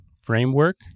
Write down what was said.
framework